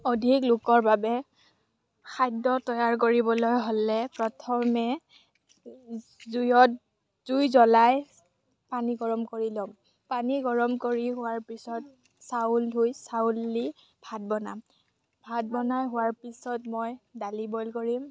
অধিক লোকৰ বাবে খাদ্য তৈয়াৰ কৰিবলৈ হ'লে প্ৰথমে জুইত জুই জ্বলাই পানী গৰম কৰি ল'ম পানী গৰম কৰি হোৱাৰ পিছত চাউল ধুই চাউল দি ভাত বনাম ভাত বনাই হোৱাৰ পিছত মই দালি বইল কৰিম